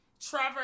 Trevor